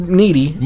needy